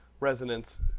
Resonance